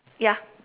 ya